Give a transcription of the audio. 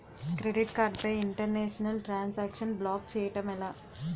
Credit card పై international transaction block చేయటం ఎలా?